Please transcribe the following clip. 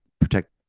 protect